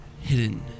hidden